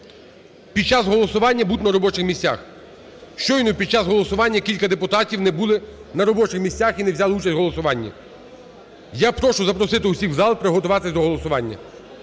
під час голосування бути на робочих місцях. Щойно, під час голосування, кілька депутатів не були на робочих місцях і не взяли участь в голосуванні. Я прошу запросити всіх в зал і приготуватись до голосування.